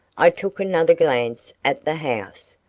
i took another glance at the house,